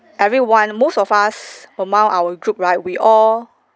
everyone most of us among our group right we all